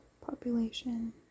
population